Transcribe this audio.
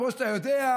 כמו שאתה יודע,